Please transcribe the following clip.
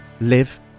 live